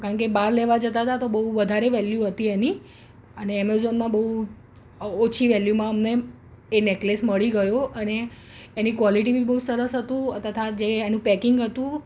કારણ કે બહાર લેવા જતા હતા તો બહુ વધારે વેલ્યુ હતી તેની અને એમેઝોનમાં બહુ ઓછી વેલ્યુમાં અમને એ નેકલેસ મળી ગયો અને એની ક્વોલિટી બી બહુ સરસ હતું તથા જે એનું પેકિંગ હતું